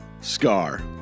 scar